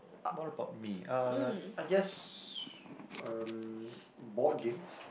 what about me uh I guess um board games